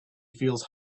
feels